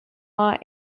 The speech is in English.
law